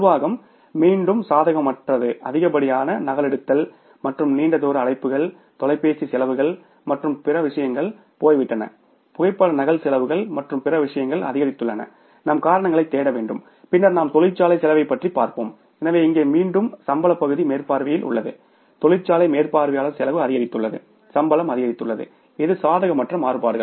நிர்வாகம் மீண்டும் சாதகமற்றது அதிகப்படியான நகலெடுத்தல் மற்றும் நீண்ட தூர அழைப்புகள் தொலைபேசி செலவுகள் மற்றும் பிற விஷயங்கள் போய்விட்டன புகைப்பட நகல் செலவுகள் மற்றும் பிற விஷயங்கள் அதிகரித்துள்ளன நாம் காரணங்களைத் தேட வேண்டும் பின்னர் நாம் தொழிற்சாலை செலவைப் பற்றி பார்ப்போம் எனவே இங்கே மீண்டும் சம்பள பகுதி மேற்பார்வையில் உள்ளது தொழிற்சாலை மேற்பார்வையாளர் செலவு அதிகரித்துள்ளது சம்பளம் அதிகரித்துள்ளது இது சாதகமற்ற மாறுபாடுகள்